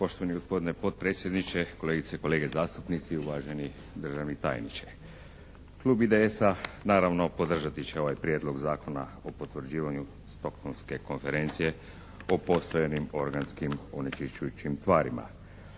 Poštovani gospodine potpredsjedniče, kolegice i kolege zastupnici, uvaženi državni tajniče! Klub IDS-a naravno podržati će ovaj Prijedlog zakona o potvrđivanju Stockholmske konferencije o postojanim organskim onečišćujućim tvarima